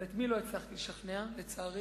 אבל את מי לא הצלחתי לשכנע, לצערי?